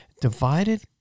divided